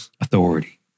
authority